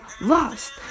lost